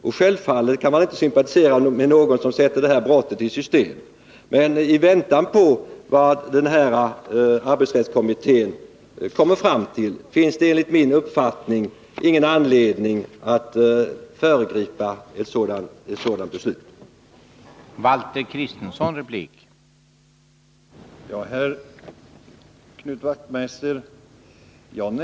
Naturligtvis kan man inte sympatisera med någon som sätter detta brott i system, men det finns enligt min uppfattning ingen anledning att föregripa arbetsrättskommitténs beslut i denna fråga.